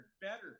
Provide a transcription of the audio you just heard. better